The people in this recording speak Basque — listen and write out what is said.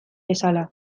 bezala